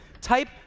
Type